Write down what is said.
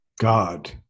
God